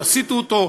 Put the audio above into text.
יסיטו אותו,